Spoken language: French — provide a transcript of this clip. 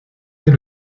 est